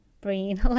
brain